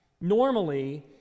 normally